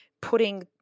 putting